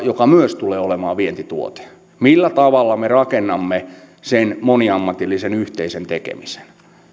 joka myös tulee olemaan vientituote millä tavalla me rakennamme sen moniammatillisen yhteisen tekemisen